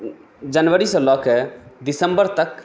जनवरीसँ लकऽ दिसम्बर तक